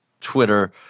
Twitter